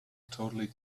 totally